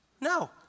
No